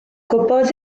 gwybod